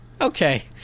Okay